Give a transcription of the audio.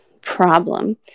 problem